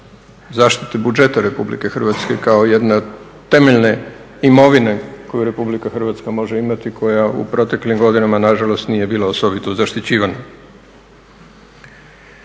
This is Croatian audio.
zaštite buđeta Republike Hrvatske kao jedne temeljne imovine koju Republika Hrvatska može imati koja u proteklim godinama nažalost nije bila osobito zaštićivana.